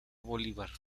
bolívar